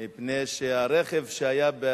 מפני שהרכב שהיה,